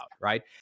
right